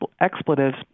expletives